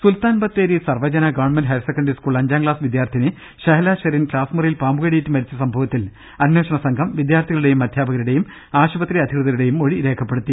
സുൽത്താൻ Bathery Sarvajana government higher secondary school അഞ്ചാം class വിദ്യാർഥിനി ഷെഹല ഷെറിൻ ക്ലാസ്മുറിയിൽ പാമ്പുകടിയേറ്റ് മരിച്ച സംഭവത്തിൽ അന്വേഷണ സംഘം വിദ്യാർഥികളുടെയും അധ്യാപകരുടെയും ആശുപത്രി അധികൃതരുടെയും മൊഴി രേഖപ്പെടുത്തി